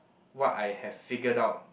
what I have figured out